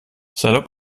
salopp